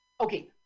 Okay